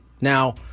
Now